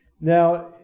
now